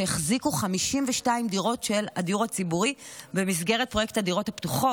שהחזיקו 52 דירות של הדיור הציבורי במסגרת פרויקט הדירות הפתוחות.